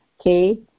okay